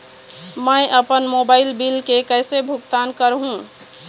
मैं अपन mobile bill के कैसे भुगतान कर हूं?